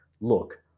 look